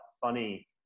funny